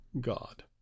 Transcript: God